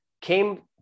came